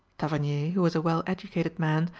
tavernier, who was a well-educated man,